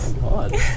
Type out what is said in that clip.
God